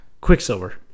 quicksilver